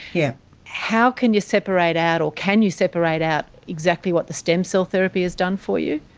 yeah how can you separate out or can you separate out exactly what the stem cell therapy has done for you?